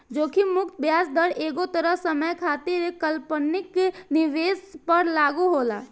जोखिम मुक्त ब्याज दर एगो तय समय खातिर काल्पनिक निवेश पर लागू होला